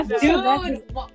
dude